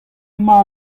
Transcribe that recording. emañ